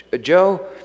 Joe